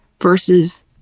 versus